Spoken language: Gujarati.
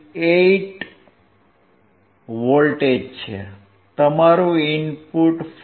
68V છે તમારું ઇનપુટ 5